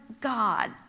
God